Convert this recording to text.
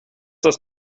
das